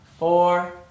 four